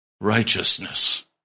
righteousness